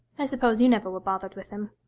i suppose you never were bothered with them.